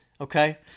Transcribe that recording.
Okay